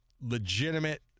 legitimate